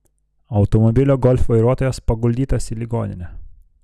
automobilio golf vairuotojas paguldytas į ligoninę